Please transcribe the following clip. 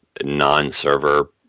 non-server